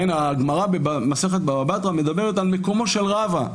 הגמרא במסכת בבא בתרא מדברת על מקומו של רבא.